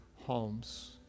homes